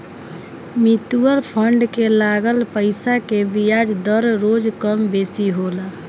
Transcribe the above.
mutual fund के लागल पईसा के बियाज दर रोज कम बेसी होला